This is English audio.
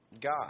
God